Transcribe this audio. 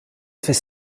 fis